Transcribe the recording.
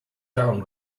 down